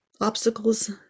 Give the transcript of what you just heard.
obstacles